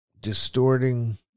distorting